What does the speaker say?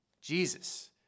Jesus